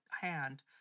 hand